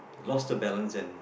lost her balance and